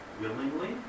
willingly